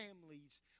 families